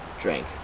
drank